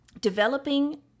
developing